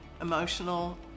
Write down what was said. emotional